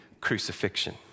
crucifixion